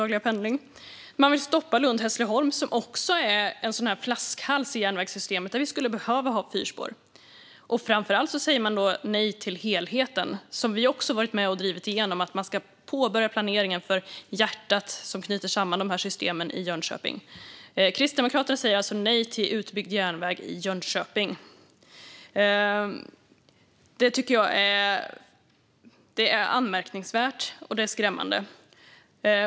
De vill stoppa bygget mellan Lund och Hässleholm, som också är en flaskhals i järnvägssystemet och där vi skulle behöva ha fyrspår. Framför allt säger de nej till helheten, som vi också har varit med och drivit igenom, till att påbörja planeringen för hjärtat som knyter samman systemen i Jönköping. Kristdemokraterna säger nej till utbyggd järnväg i Jönköping. Det är anmärkningsvärt och skrämmande.